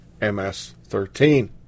MS-13